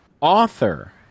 author